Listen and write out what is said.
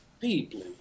deeply